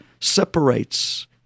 separates